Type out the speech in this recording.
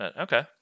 Okay